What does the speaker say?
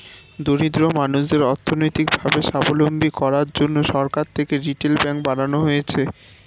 দরিদ্র মানুষদের অর্থনৈতিক ভাবে সাবলম্বী করার জন্যে সরকার থেকে রিটেল ব্যাঙ্ক বানানো হয়েছে